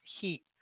heat